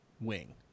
wing